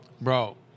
Bro